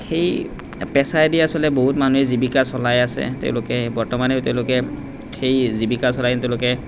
সেই পেচায়েদি আচলতে বহুত মানুহে জীৱিকা চলাই আছে তেওঁলোকে বৰ্তমানেও তেওঁলোকে সেই জীৱিকা চলাই তেওঁলোকে